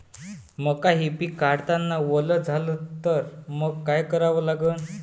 मका हे पिक काढतांना वल झाले तर मंग काय करावं लागन?